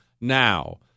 now